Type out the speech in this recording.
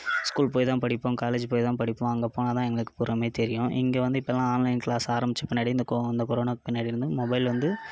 school போய் தான் படிப்போம் காலேஜி போய் தான் படிப்போம் அங்கே போனால் தான் எங்களுக்கு பூராவுமே தெரியும் இங்கே வந்து இப்பெல்லாம் ஆன்லைன் கிளாஸ் ஆரமித்த பின்னாடி இந்த கொ இந்த கொரோனாக்கு பின்னாடி இருந்து மொபைல் வந்து